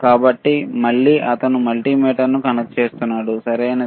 కాబట్టి మళ్ళీ అతను ఈ మల్టీమీటర్ను కనెక్ట్ చేస్తున్నాడు సరియైనది